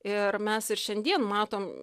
ir mes ir šiandien matom